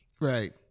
right